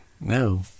No